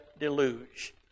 deluge